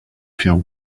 feel